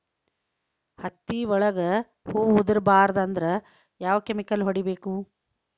ಹತ್ತಿ ಒಳಗ ಹೂವು ಉದುರ್ ಬಾರದು ಅಂದ್ರ ಯಾವ ಕೆಮಿಕಲ್ ಹೊಡಿಬೇಕು?